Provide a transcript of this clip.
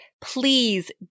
please